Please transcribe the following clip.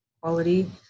quality